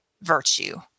virtue